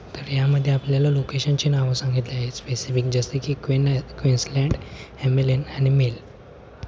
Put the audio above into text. तर ह्यामध्ये आपल्याला लोकेशनची नावं सांगितले आहे स्पेसिफिक जसे की क्विन क्विन्सलँड हेमेलन हाॅनिमील